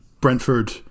Brentford